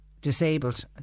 Disabled